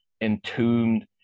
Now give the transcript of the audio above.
entombed